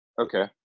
Okay